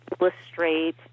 illustrate